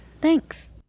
Thanks